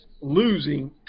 losing